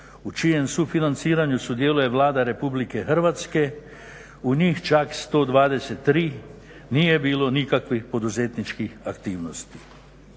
u čijem sufinanciranju sudjeluje Vlada Republike Hrvatske u njih čak 123 nije bilo nikakvih poduzetničkih aktivnosti.